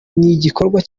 igikorwa